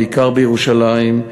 בעיקר בירושלים.